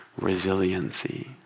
resiliency